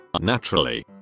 Naturally